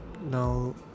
now